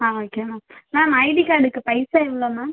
ஆ okay ma'am ma'am ID கார்டுக்கு பைசா எவ்வளோ மேம்